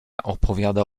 opowiada